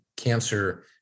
cancer